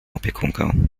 opiekunkę